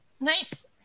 Nice